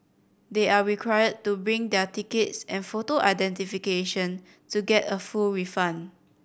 they are required to bring their tickets and photo identification to get a full refund